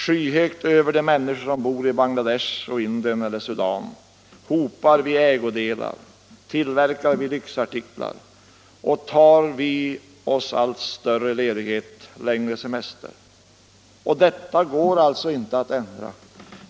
Skyhögt över de människor som bor i Bangladesh, i Indien eller Sudan hopar vi ägodelar, tillverkar vi lyxartiklar och tar oss allt längre semester. Detta går alltså inte att ändra.